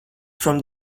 from